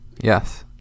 Yes